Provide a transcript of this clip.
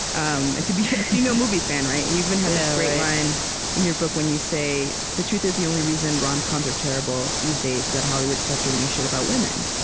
um and to be a female movie fan. and you even had this great line in your book when you say, the truth is, the only reason rom-coms are terrible, these days, is that hollywood stopped giving a shirt about women.